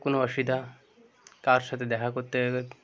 কোনো অসুবিধা কার সাথে দেখা করতে হবে